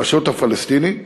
הרשות הפלסטינית,